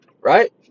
Right